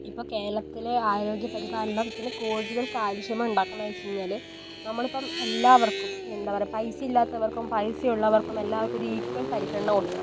ഇപ്പോൾ കേരളത്തിൽ ആരോഗ്യപരിപാലനത്തിൽ കൂടുതൽ കാര്യക്ഷമത ഉണ്ടാക്കുകയാണെന്ന് വെച്ചു കഴിഞ്ഞാൽ നമ്മളിപ്പം എല്ലാവർക്കും എന്താപറയുക പൈസ ഇല്ലാത്തവർക്കും പൈസയുള്ളവർക്കും എല്ലാവർക്കും ഒരു ഈക്വൽ പരിഗണന കൊടുക്കണം